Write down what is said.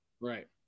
Right